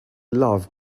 love